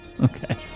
Okay